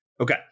Okay